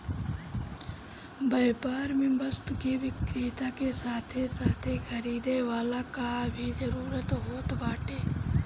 व्यापार में वस्तु के विक्रेता के साथे साथे खरीदे वाला कअ भी जरुरत होत बाटे